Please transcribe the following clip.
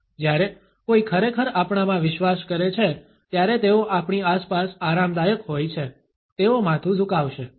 જ્યારે કોઈ ખરેખર આપણામાં વિશ્વાસ કરે છે ત્યારે તેઓ આપણી આસપાસ આરામદાયક હોય છે તેઓ માથું ઝુકાવશે